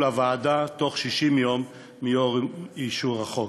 לוועדה בתוך 60 יום מיום אישור החוק.